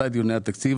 מתי דיוני התקציב,